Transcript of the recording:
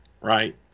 right